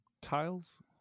tiles